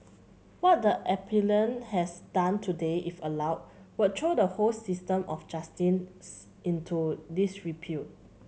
what the appellant has done today if allowed would throw the whole system of justice into disrepute